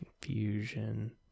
confusion